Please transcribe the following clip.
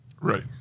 Right